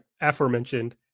aforementioned